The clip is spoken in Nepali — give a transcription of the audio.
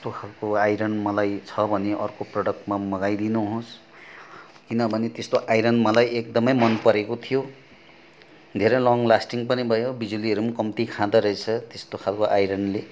त्यस्तो खाल्को आइरन मलाई छ भने अर्को प्रडक्टमा पनि मगाइदिनु होस् किनभने त्यस्तो आइरन मलाई एकदमै मन परेको थियो धेरै लङ लास्टिङ पनि भयो बिजुलीहरू पनि कम्ती खाँदो रहेछ त्यस्तो खाल्को आइरनले